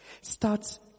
starts